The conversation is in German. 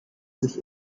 sich